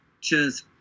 Cheers